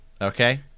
Okay